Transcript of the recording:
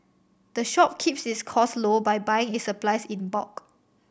the shop keeps its cost low by buying its supplies in bulk